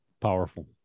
Powerful